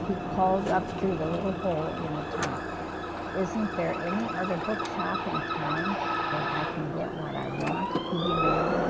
he called up through the little hole in the top isn't there any other book shop in town where i can get what i want he demanded